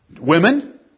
Women